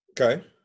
okay